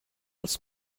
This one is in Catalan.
els